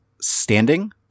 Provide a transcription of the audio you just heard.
standing